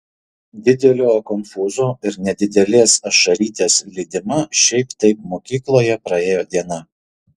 didelio konfūzo ir nedidelės ašarytės lydima šiaip taip mokykloje praėjo diena